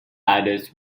others